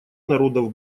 народов